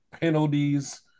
penalties